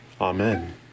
amen